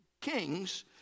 kings